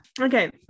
Okay